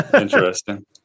interesting